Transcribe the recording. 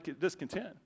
discontent